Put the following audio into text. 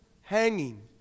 hanging